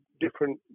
different